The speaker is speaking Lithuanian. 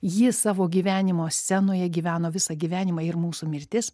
jis savo gyvenimo scenoje gyveno visą gyvenimą ir mūsų mirtis